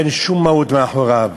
אין שום מהות מאחוריו.